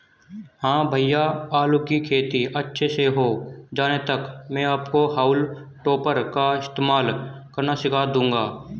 हां भैया आलू की खेती अच्छे से हो जाने तक मैं आपको हाउल टॉपर का इस्तेमाल करना सिखा दूंगा